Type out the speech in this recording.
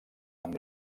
amb